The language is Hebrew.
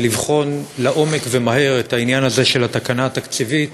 לבחון לעומק ומהר את העניין הזה של התקנה התקציבית,